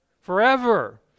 Forever